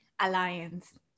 alliance